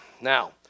Now